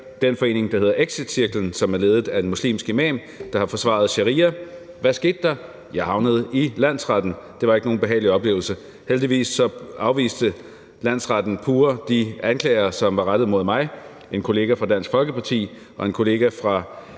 den forening, der hedder Exitcirklen, som er ledet af en imam, der har forsvaret sharia. Hvad skete der? Jeg havnede i landsretten. Det var ikke nogen behagelig oplevelse. Heldigvis afviste landsretten pure de anklager, som var rettet mod mig, en kollega fra Dansk Folkeparti og en kollega fra